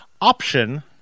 option